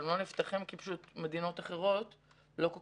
אבל הם לא נפתחים כי פשוט מדינות אחרות לא כל